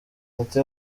ati